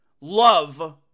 Love